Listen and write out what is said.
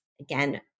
again